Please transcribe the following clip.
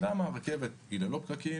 הרכבת היא ללא פקקים.